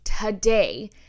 today